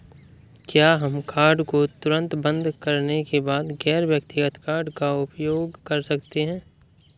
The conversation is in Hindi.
क्या हम कार्ड को तुरंत बंद करने के बाद गैर व्यक्तिगत कार्ड का उपयोग कर सकते हैं?